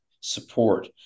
support